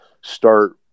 start